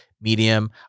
medium